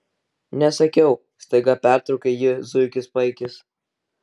nesakiau staiga pertraukė jį zuikis paikis